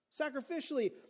Sacrificially